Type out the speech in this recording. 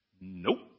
Nope